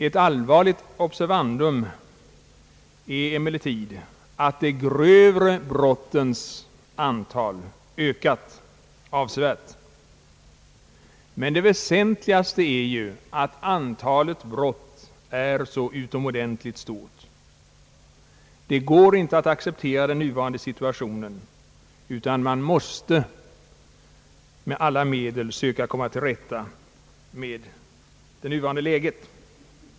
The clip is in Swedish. Ett allvarligt observandum är emellertid att de grövre brottens antal ökat avsevärt, och det väsentligaste är att antalet brott är så utomordentligt stort. Det går inte att acceptera den nuvarande situationen, utan vi måste med alla medel söka komma till rätta med den.